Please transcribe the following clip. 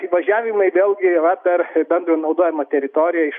įvažiavimai vėlgi va per bendro naudojimo teritoriją iš